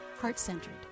heart-centered